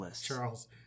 Charles